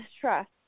Trust